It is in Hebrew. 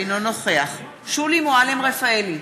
אינו נוכח שולי מועלם-רפאלי,